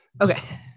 okay